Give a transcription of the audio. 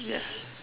ya